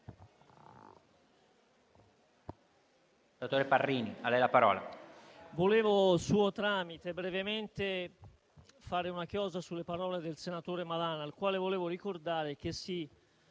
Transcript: volevo, per suo tramite, fare una chiosa sulle parole del senatore Malan, al quale volevo ricordare che si